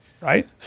right